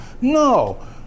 no